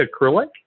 acrylic